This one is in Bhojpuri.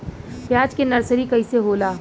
प्याज के नर्सरी कइसे होला?